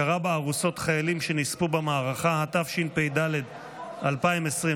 הכרה בארוסות חיילים שנספו במערכה), התשפ"ד 2023,